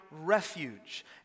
refuge